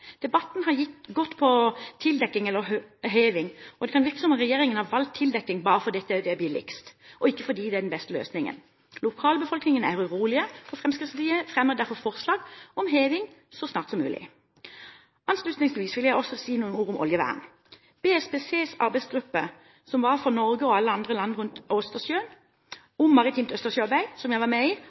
Debatten har gått på tildekking eller heving, og det kan virke som om regjeringen har valgt tildekking bare fordi dette var billigst, og ikke fordi det var den beste løsningen. Lokalbefolkningen er urolig. Fremskrittspartiet fremmer derfor forslag om heving så snart som mulig. Avslutningsvis vil jeg si noen ord om oljevern. BSPCs arbeidsgruppe for Norge og alle land rundt Østersjøen om maritimt østersjøarbeid, som jeg var med i,